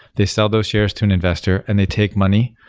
they sell those shares to an investor and they take money.